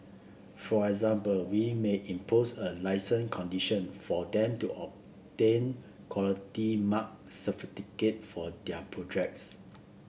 for example we may impose a licence condition for them to obtain Quality Mark certificate for their projects